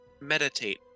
meditate